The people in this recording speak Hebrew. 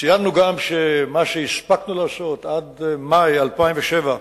ציינו גם שמה שהספקנו לעשות עד מאי 2007,